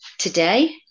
Today